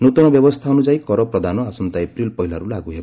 ନୂତନ ବ୍ୟବସ୍ଥା ଅନୁଯାୟୀ କରପ୍ରଦାନ ଆସନ୍ତା ଏପ୍ରିଲ୍ ପହିଲାରୁ ଲାଗୁ ହେବ